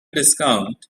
discount